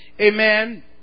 Amen